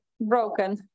broken